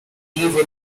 believe